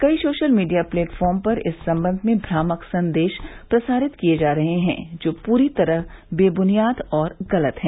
कई social media platform पर इस सम्बन्ध में भ्रामक संदेश प्रसारित किए जा रहे हैं जो पूरी तरह बेबुनियाद और गलत है